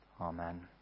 Amen